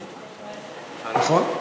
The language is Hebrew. נכון?